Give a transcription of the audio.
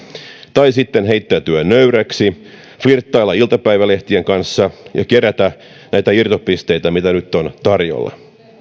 tai sitten heittäytyä nöyräksi flirttailla iltapäivälehtien kanssa ja kerätä näitä irtopisteitä mitä nyt on tarjolla